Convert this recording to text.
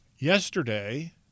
Yesterday